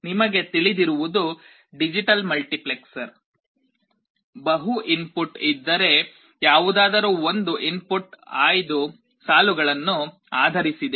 ನಿಮಗೆ ತಿಳಿದಿರುವುದು digital multiplexer ಬಹು ಇನ್ ಪುಟ್ ಇದ್ದರೆ ಯಾವುದಾದರು ಒಂದು ಇನ್ ಪುಟ್ ಆಯ್ದ ಸಾಲುಗಳನ್ನು ಆಧರಿಸಿದೆ